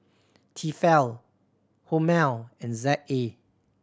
Tefal Hormel and Z A